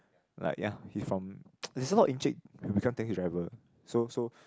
like ya he from there's a lot of who become taxi driver so so